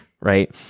right